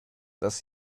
dass